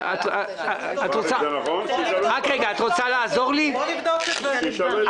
בואו ונבדוק את זה.